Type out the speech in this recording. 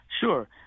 Sure